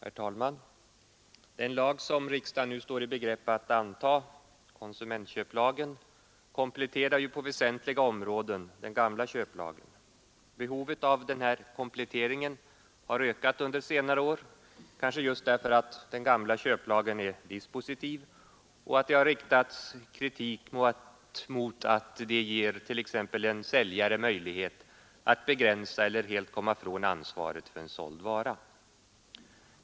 Herr talman! Den lag som riksdagen nu står i begrepp att anta, konsumentköplagen, kompletterar ju på väsentliga områden den gamla köplagen. Behovet av den här kompletteringen har ökat under senare år, kanske just därför att den gamla köplagen är dispositiv och att det har riktats kritik mot att det ger t.ex. en säljare möjlighet att begränsa eller helt komma ifrån ansvaret för en såld vara.